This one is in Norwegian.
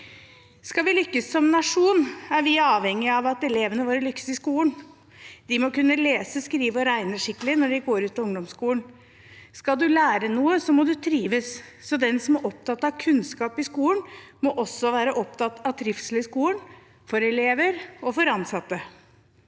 Skal vi lykkes som nasjon, er vi avhengig av at elevene våre lykkes i skolen. De må kunne lese, skrive og regne skikkelig når de går ut av ungdomsskolen. Skal en lære noe, må en trives, så den som er opptatt av kunnskap i skolen, må også være opptatt av trivsel i skolen, for elever og for ansatte.